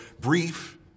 brief